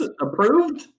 approved